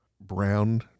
brown